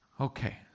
Okay